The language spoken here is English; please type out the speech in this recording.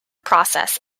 process